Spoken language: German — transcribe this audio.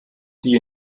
die